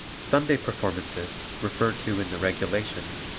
sunday performances, referred to in the regulations,